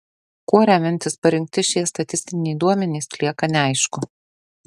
kuo remiantis parinkti šie statistiniai duomenys lieka neaišku